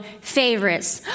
favorites